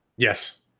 Yes